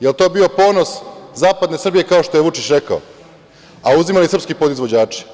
Da li je to bio ponos zapadne Srbije, kao što je Vučić rekao, a uzimali srpske podizvođače?